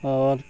اور